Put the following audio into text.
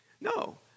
No